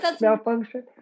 malfunction